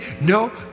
No